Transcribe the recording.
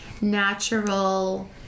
natural